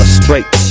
straight